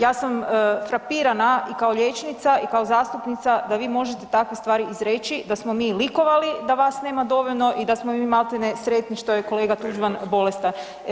Ja sam frapirana i kao liječnica i kao zastupnica da vi možete takve stvari izreći da smo mi likovali da vas nema dovoljno i da smo mi maltene sretni što je kolega Tuđman bolestan.